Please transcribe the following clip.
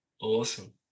Awesome